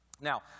Now